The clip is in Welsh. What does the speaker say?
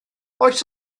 oes